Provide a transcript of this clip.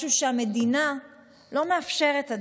משהו שהמדינה עדיין לא מאפשרת.